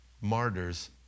martyrs